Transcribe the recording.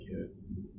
kids